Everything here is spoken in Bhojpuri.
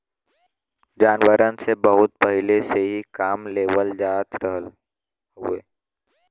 जानवरन से बहुत पहिले से ही काम लेवल जात रहल हउवे